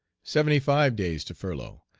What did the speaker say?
seventy five days to furlough,